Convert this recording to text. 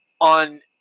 on